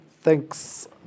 Thanks